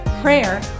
prayer